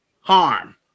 harm